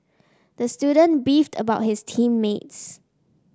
the student beefed about his team mates